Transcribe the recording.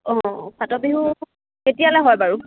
অঁ ফাটৰ বিহু কেতিয়ালৈ হয় বাৰু